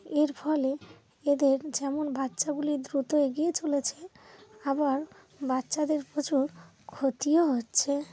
এর ফলে এদের যেমন বাচ্চাগুলি দ্রুত এগিয়ে চলেছে আবার বাচ্চাদের প্রচুর ক্ষতিও হচ্ছে